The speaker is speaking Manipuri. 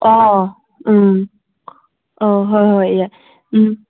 ꯑꯥ ꯎꯝ ꯑꯥ ꯍꯣꯏ ꯍꯣꯏ ꯌꯥꯏ ꯎꯝ